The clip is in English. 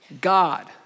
God